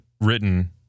written